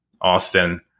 Austin